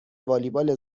والیبال